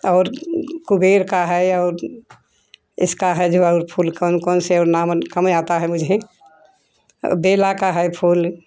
और कुबेर का है और इसका है जो और फूल कौन कौन से हैं नाम कम आता है मुझे बेला का है फूल